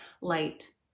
light